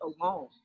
alone